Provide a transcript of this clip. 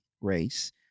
race